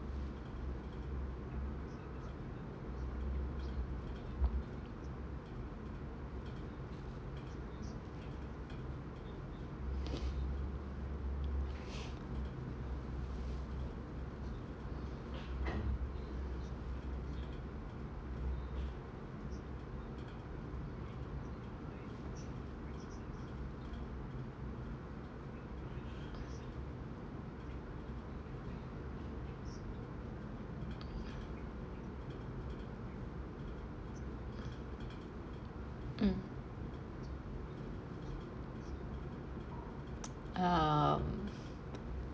mm um